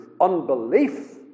unbelief